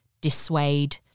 dissuade